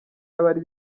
y’abari